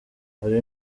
hari